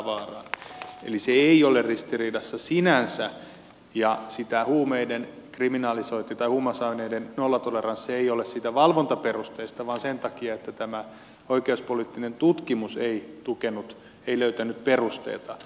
eli se ei ole ristiriidassa sinänsä ja sitä huumausaineiden nollatoleranssia ei ole sen valvontaperusteen takia vaan sen takia että tämä oikeuspoliittinen tutkimus ei löytänyt perusteita